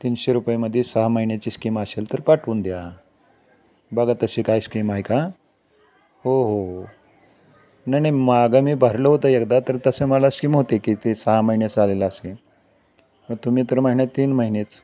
तीनशे रुपयेमध्ये सहा महिन्याची स्कीम असेल तर पाठवून द्या बघा तशी काय स्कीम आहे का हो हो नाही नाही मागं मी भरलं होतं एकदा तर तसं मला स्कीम होती की ते सहा महिने चालेलं अशी तुम्ही तर महिन्यात तीन महिनेच